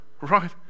Right